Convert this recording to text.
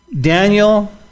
Daniel